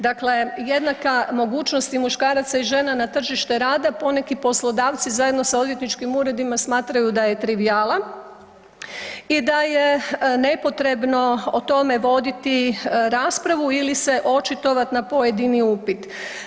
Dakle, jednaka mogućnost i muškaraca i žena na tržište rada poneko poslodavci zajedno sa odvjetničkim uredima smatraju da je trivijala i da je nepotrebno o tome voditi raspravu ili se očitovat na pojedini upit.